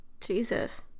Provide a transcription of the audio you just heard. jesus